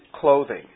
clothing